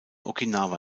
okinawa